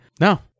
no